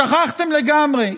שכחתם לגמרי.